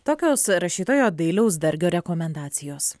tokios rašytojo dailiaus dargio rekomendacijos